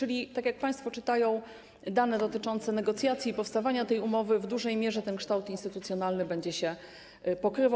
A więc, tak jak państwo czytają dane dotyczące negocjacji i powstawania tej umowy, w dużej mierze ten kształt instytucjonalny będzie się pokrywał.